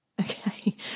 okay